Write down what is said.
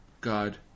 God